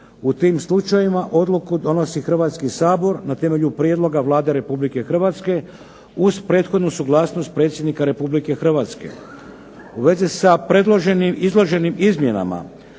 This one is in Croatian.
U tim slučajevima odluku donosi Hrvatski sabor na temelju prijedloga Vlade RH uz prethodnu suglasnost predsjednika RH. U vezi sa predloženim, izloženim izmjenama